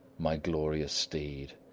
my glorious steed,